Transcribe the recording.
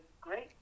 great